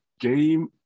game